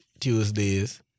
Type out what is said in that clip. Tuesdays